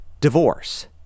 divorce